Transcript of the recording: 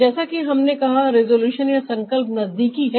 जैसा कि हमने कहा रिजॉल्यूशन या संकल्प नजदीकी है